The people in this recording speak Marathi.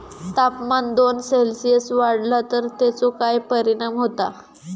तापमान दोन सेल्सिअस वाढला तर तेचो काय परिणाम होता?